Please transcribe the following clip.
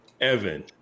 Evan